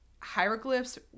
hieroglyphs